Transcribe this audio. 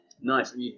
Nice